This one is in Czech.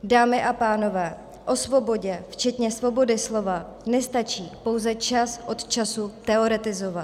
Dámy a pánové, o svobodě včetně svobody slova nestačí pouze čas od času teoretizovat.